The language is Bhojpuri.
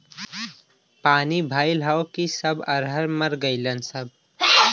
पानी भईल हउव कि सब अरहर मर गईलन सब